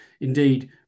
Indeed